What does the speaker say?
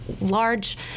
large